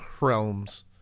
realms